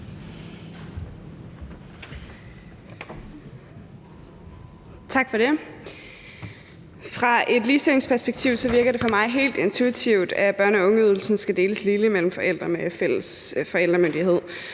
Tak for det. Fra et ligestillingsperspektiv virker det for mig helt intuitivt, at børne- og ungeydelsen skal deles ligeligt mellem forældre med fælles forældremyndighed,